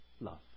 Love